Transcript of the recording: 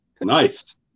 Nice